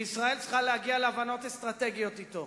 וישראל צריכה להגיע להבנות אסטרטגיות אתו.